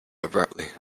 abruptly